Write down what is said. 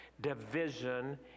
division